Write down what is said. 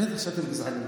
בטח שאתם גזענים.